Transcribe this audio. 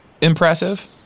impressive